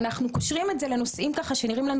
אנחנו קושרים את זה לנושאים שנראים לנו